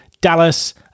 Dallas